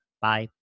Bye